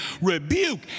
rebuke